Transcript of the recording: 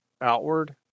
outward